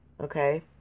Okay